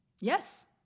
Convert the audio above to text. Yes